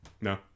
No